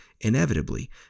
inevitably